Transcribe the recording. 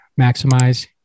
maximize